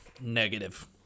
Negative